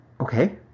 Okay